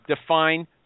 define